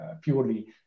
purely